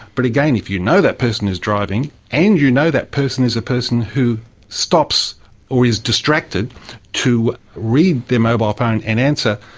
but again, if you know that person is driving and you know that person is a person who stops or is distracted to read their mobile phone and answer,